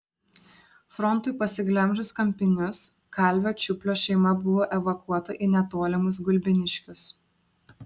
frontui pasiglemžus kampinius kalvio čiuplio šeima buvo evakuota į netolimus gulbiniškius